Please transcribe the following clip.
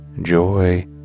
joy